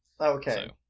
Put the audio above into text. Okay